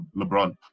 LeBron